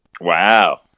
Wow